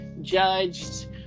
judged